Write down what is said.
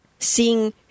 Seeing